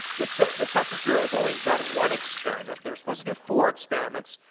the so the census bureau has only done one experiment. they were supposed to do four experiments,